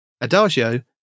adagio